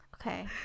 okay